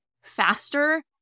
faster